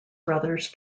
brothers